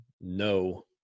no